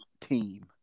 team